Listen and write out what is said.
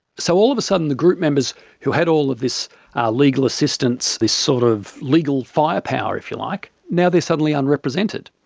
so all of a sudden the group members who had all of this legal assistance, this sort of legal fire power if you like, now they're suddenly unrepresented.